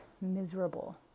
miserable